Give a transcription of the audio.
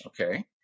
Okay